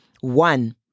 One